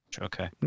Okay